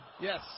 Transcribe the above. Yes